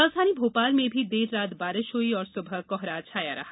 राजधानी भोपाल में भी देर रात बारिश हई और सुबह कोहरा छाया रहा